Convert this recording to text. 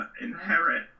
inherit